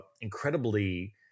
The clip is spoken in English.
incredibly